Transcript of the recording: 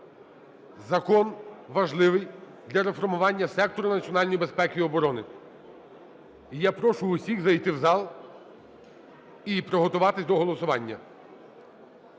закон важливий для реформування сектору національної безпеки і оборони. І я прошу всіх зайти в зал і приготуватись до голосування.